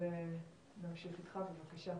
נמשיך אתך, בבקשה.